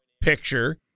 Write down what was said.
picture